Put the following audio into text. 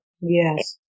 Yes